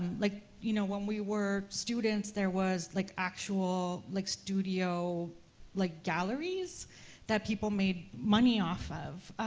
like you know when we were students, there was like actual like studio like galleries that people made money off of.